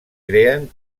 creen